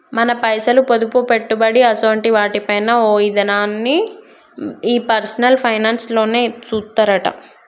మన పైసలు, పొదుపు, పెట్టుబడి అసోంటి వాటి పైన ఓ ఇదనాన్ని ఈ పర్సనల్ ఫైనాన్స్ లోనే సూత్తరట